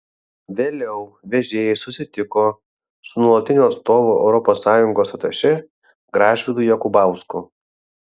vėliau vežėjai susitiko su nuolatiniu atstovu europos sąjungos atašė gražvydu jakubausku